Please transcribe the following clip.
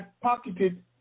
pocketed